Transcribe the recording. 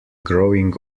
growing